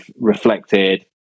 reflected